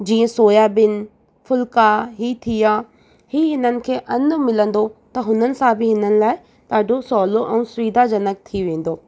जीअं सोयाबीन फुल्का ई थी विया ही हिननि खे अन्न मिलंदो त हुनन सां बि हिन लाइ ॾाढो सवलो ऐं सुविधाजनक थी वेंदो